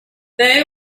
they